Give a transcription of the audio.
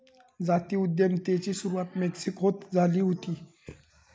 जाती उद्यमितेची सुरवात मेक्सिकोत झाली हुती